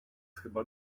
chyba